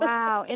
Wow